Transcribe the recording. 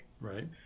Right